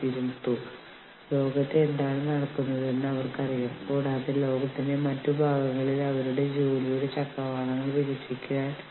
ഭീഷണിപ്പെടുത്തൽ അർത്ഥമാക്കുന്നത് നിങ്ങൾ ആരോടെങ്കിലും യൂണിയൻ വളരെ ചെറിയ നിസാരമായി ഒന്നാണ്